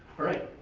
alright,